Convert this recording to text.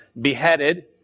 beheaded